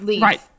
right